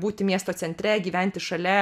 būti miesto centre gyventi šalia